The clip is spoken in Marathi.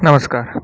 नमस्कार